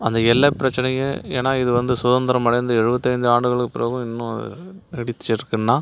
அந்த எல்லை பிரச்சினையை ஏன்னால் இது வந்து சுதந்திரம் அடைந்து எழுபத்தி ஐந்து ஆண்டுகளுக்கு பிறகும் இன்னும் நீடிச்சிருக்குனால்